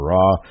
Raw